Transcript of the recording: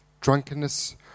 drunkenness